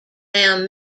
found